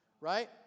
right